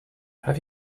have